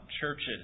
churches